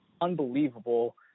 unbelievable